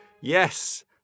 Yes